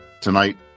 tonight